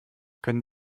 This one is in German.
können